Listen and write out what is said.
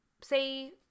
say